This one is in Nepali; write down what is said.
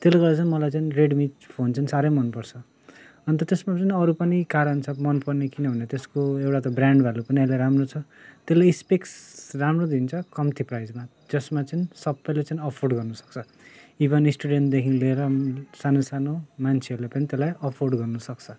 त्यसले गर्दा चाहिँ मलाई चाहिँ रेडमी फोन चाहिँ साह्रै मनपर्छ अन्त त्यसमा जुन अरू पनि कारण छ मनपर्ने किनभने त्यसको एउटा त ब्रान्ड भ्यालु पनि अहिले राम्रो छ त्यसले स्पेक्स राम्रो दिन्छ कम्ती प्राइजमा जसमा चाहिँ सबैले चाहिँ अफोर्ड गर्नुसक्छ इभन स्टुडेन्टदेखि लिएर सानो सानो मान्छेहरूले पनि त्यसलाई अफोर्ड गर्नुसक्छ